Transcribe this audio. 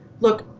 look